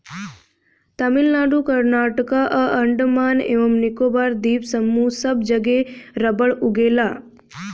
तमिलनाडु कर्नाटक आ अंडमान एवं निकोबार द्वीप समूह सब जगे रबड़ उगेला